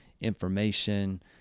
information